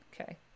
Okay